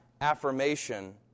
affirmation